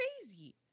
crazy